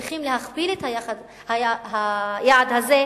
צריך להכפיל את היעד הזה,